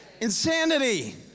Insanity